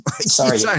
Sorry